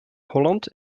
holland